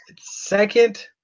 second